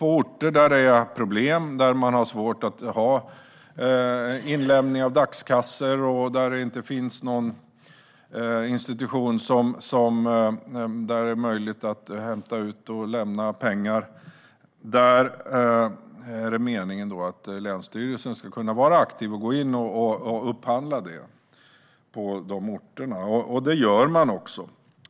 På orter där det är problem, där man har svårt med inlämning av dagskassor och det inte är möjligt att hämta ut och lämna pengar någonstans är det meningen att länsstyrelsen ska kunna vara aktiv och gå in och göra en upphandling. Det gör man också.